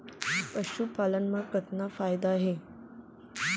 पशुपालन मा कतना फायदा हे?